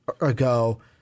ago